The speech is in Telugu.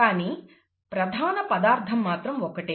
కానీ ప్రధాన పదార్థం మాత్రం ఒక్కటే